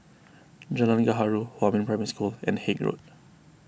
Jalan Gaharu Huamin Primary School and Haig Road